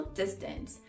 distance